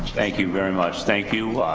thank you very much. thank you,